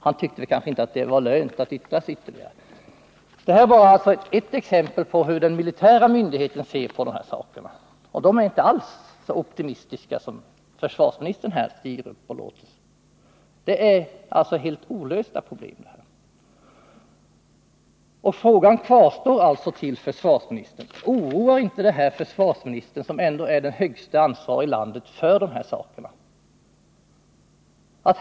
Han tyckte kanske inte att det var lönt att yttra sig Nr 36 ytterligare. Fredagen den Detta var alltså exempel på hur den militära myndigheten ser på dessa 23 november 1979 saker. Man är där inte alls så optimistisk som försvarsministern låter när han stiger upp här. Det är helt olösta problem. Frågan till försvarsministern kvarstår alltså: Oroar inte detta försvarsministern, som ändå är den högste ansvarige i landet för dessa saker?